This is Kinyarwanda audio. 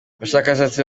abashakashatsi